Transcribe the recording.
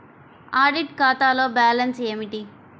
Audit ఖాతాలో balance ఏమిటీ?